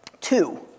Two